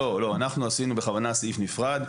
לא, אנחנו עשינו בכוונה סעיף נפרד.